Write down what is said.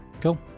Cool